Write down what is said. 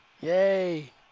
Yay